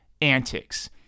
antics